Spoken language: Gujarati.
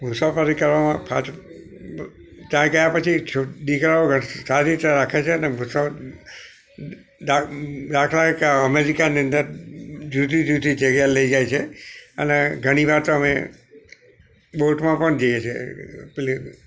મુસાફરી કરવામાં પાછું ત્યાં ગયા પછી દીકરાઓ ઘર સારી રીતે રાખે છે અને દાખલા તરીકે અમેરિકાની અંદર જુદી જુદી જગ્યાએ લઈ જાય છે અને ઘણી વાર તો અમે બોટમાં પણ જઈએ છે પેલી